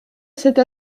cette